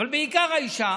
אבל בעיקר האישה,